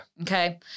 Okay